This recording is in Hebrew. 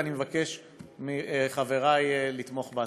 אני מבקש מחברי לתמוך בהצעה.